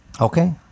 okay